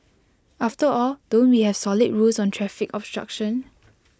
after all don't we have solid rules on traffic obstruction